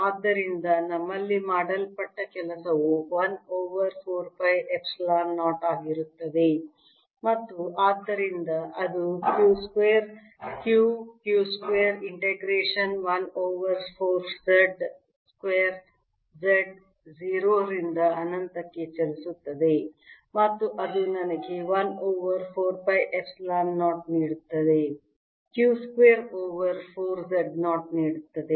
ಆದ್ದರಿಂದ ನಮ್ಮಿಂದ ಮಾಡಲ್ಪಟ್ಟ ಕೆಲಸವು 1 ಓವರ್ 4 ಪೈ ಎಪ್ಸಿಲಾನ್ 0 ಆಗಿರುತ್ತದೆ ಮತ್ತು ಆದ್ದರಿಂದ ಇದು q square q q square integration 1 over 4 Z square Z 0 ರಿಂದ ಅನಂತಕ್ಕೆ ಚಲಿಸುತ್ತದೆ ಮತ್ತು ಅದು ನನಗೆ 1 ಓವರ್ 4 ಪೈ ಎಪ್ಸಿಲಾನ್ 0 ನೀಡುತ್ತದೆ q ಸ್ಕ್ವೇರ್ ಓವರ್ 4 Z0 ನೀಡುತ್ತದೆ